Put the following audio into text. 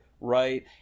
right